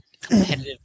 competitive